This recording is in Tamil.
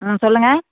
ம் சொல்லுங்க